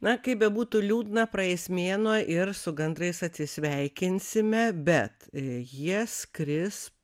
na kaip bebūtų liūdna praeis mėnuo ir su gandrais atsisveikinsime bet jie skris